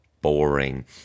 boring